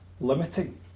limiting